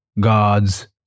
God's